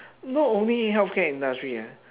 not only healthcare industry ah